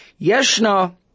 Yeshna